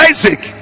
Isaac